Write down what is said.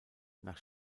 nach